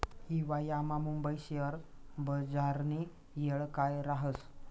हिवायामा मुंबई शेयर बजारनी येळ काय राहस